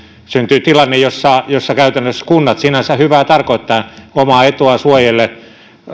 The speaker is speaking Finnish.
syntyy tilanne jossa jossa käytännössä kunnat sinänsä hyvää tarkoittaen omaa etuaan suojellen